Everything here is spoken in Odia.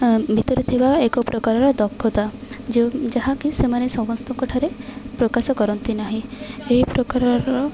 ଭିତରେ ଥିବା ଏକ ପ୍ରକାରର ଦକ୍ଷତା ଯେଉଁ ଯାହାକି ସେମାନେ ସମସ୍ତଙ୍କଠାରେ ପ୍ରକାଶ କରନ୍ତି ନାହିଁ ଏହି ପ୍ରକାରର